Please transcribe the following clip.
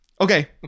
Okay